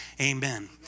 Amen